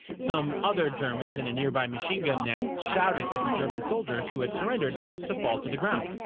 some other germans in a nearby machine gun nest shouted at the german soldiers who had surrendered to fall to the ground.